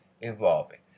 involving